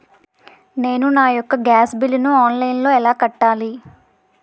నేను నా యెక్క గ్యాస్ బిల్లు ఆన్లైన్లో ఎలా కట్టాలి?